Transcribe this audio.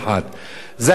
לשלוש שנים,